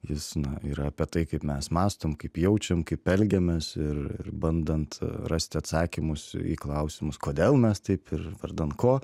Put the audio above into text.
jis na yra apie tai kaip mes mąstom kaip jaučiam kaip elgiamės ir ir bandant rasti atsakymus į klausimus kodėl mes taip ir vardan ko